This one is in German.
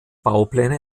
baupläne